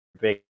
big